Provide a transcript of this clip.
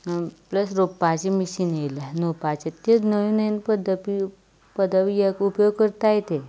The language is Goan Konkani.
प्लस रोंपपाचीं मिशिनां आयल्यां लुंवपाचीं त्योच नवीन नवीन पद्दती पदवी उपयोग करतात ते